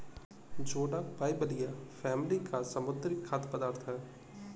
जोडाक बाइबलिया फैमिली का समुद्री खाद्य पदार्थ है